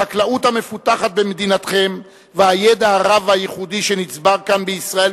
החקלאות המפותחת במדינתכם והידע הרב והייחודי שנצבר כאן בישראל